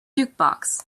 jukebox